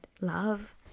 love